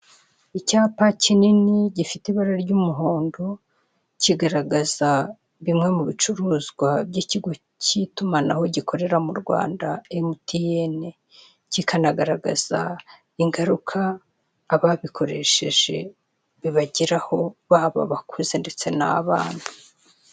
Icyapa kinini gifite ibara ry'umuhondo kigaragaza bimwe mu bicuruzwa by'ikigo k'itumanaho gikorera mu Rwanda Mtn kikanagaragaza ingaruka ababikoresheje bibagiraho baba abakuze ndetse n'abana.